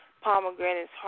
pomegranate's